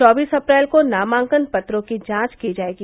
चौबीस अप्रैल को नामांकन पत्रों की जांच की जायेगी